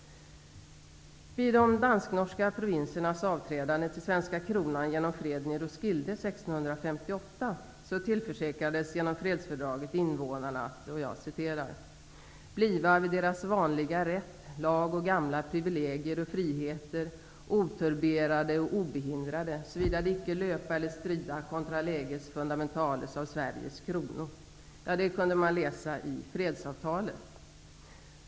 ''bliwa vid deras vanliga rätt, lag och gamla privilegier och friheter oturberade och obehindrade, såvida de icke löpa eller strida contra leges fundamentales af Sweriges chrono''. Detta kunde man läsa i fredsavtalet.